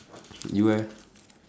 you eh